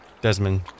Desmond